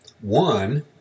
one